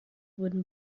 wurde